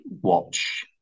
watch